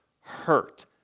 hurt